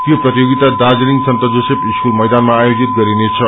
यो प्रतिशेगता Darjeeling saint Joseph school मैदानमा आयोजित गरिनेछ